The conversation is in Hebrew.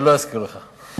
לא אזכיר לך.